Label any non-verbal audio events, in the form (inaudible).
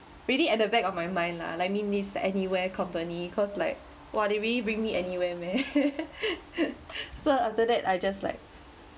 really at the back of my mind lah let me miss anywhere company cause like !wah! they really bring me anywhere meh (laughs) so after that I just like